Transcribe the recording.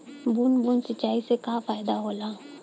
बूंद बूंद सिंचाई से का फायदा होला?